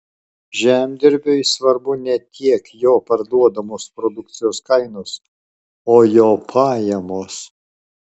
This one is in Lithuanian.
žemdirbiui svarbu ne tiek jo parduodamos produkcijos kainos o jo pajamos